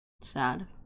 Sad